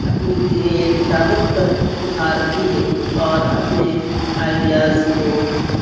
اپنی کتابت پر ابھارتی ہے اور اپنے آئیڈیاز کو